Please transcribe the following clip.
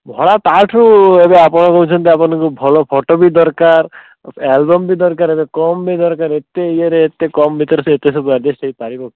ଧଳା ତା'ଠୁ ଏବେ ଆପଣ କହୁଛନ୍ତି ଆପଣଙ୍କୁ ଭଲ ଫଟୋ ବି ଦରକାର ଆଲବମ୍ ବି ଦରକାର ଆରେ କମ୍ ବି ଦରକାର ଏତେ ଇଏରେ ଏତେ କମ୍ ଭିତରେ ଏତେ ସବୁ ଆଡ଼ଜଷ୍ଟ୍ ହେଇପାରିବ କି